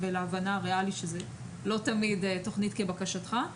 אבל גם שותפים להבנה הריאלית שזה לא תמיד תכנית כבקשתך,